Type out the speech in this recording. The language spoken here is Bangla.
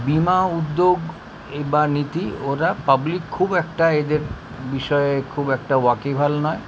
বীমা উদ্যোগ এ বা নীতি ওরা পাবলিক খুব একটা এদের বিষয়ে খুব একটা ওয়াকিবহাল নয়